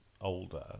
older